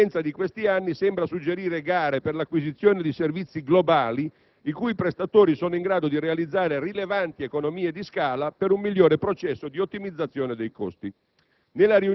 l'esperienza di questi anni sembra suggerire gare per l'acquisizione di «servizi globali», i cui prestatori sono in grado di realizzare rilevanti economie di scala, per un migliore processo di ottimizzazione dei costi.